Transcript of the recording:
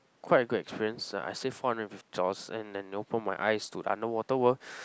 quite a good experience ah I save four hundred and fifty dollars and and open my eyes to the under water world